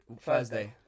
Thursday